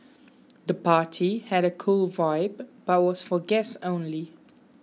the party had a cool vibe but was for guests only